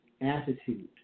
attitude